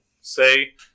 say